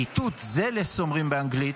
כזאת להיטות, zealous, אומרים באנגלית,